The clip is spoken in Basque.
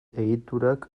egiturak